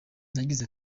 yagize